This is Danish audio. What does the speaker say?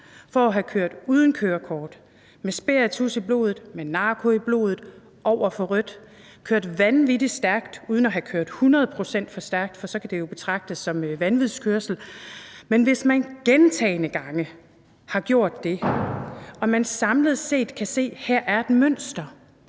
for at have kørt uden kørekort, med spiritus i blodet, med narko i blodet, over for rødt, kørt vanvittig stærkt uden at have kørt 100 pct. for stærkt, for så kan det jo betragtes som vanvidskørsel. Men hvad hvis man gentagne gange har gjort det og vi samlet set kan se, at der her er et mønster,